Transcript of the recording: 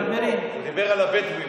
הוא דיבר על הבדואים.